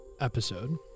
episode